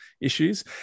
issues